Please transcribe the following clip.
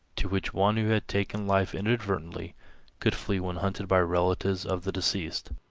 to which one who had taken life inadvertently could flee when hunted by relatives of the deceased.